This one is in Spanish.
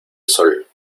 sol